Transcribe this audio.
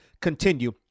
continue